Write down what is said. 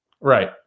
right